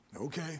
Okay